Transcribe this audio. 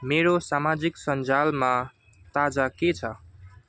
मेरो सामाजिक सञ्जालमा ताजा के छ